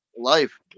life